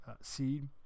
seed